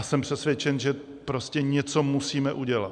Jsem přesvědčen, že prostě něco musíme udělat.